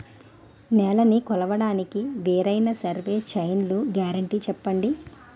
నేలనీ కొలవడానికి వేరైన సర్వే చైన్లు గ్యారంటీ చెప్పండి?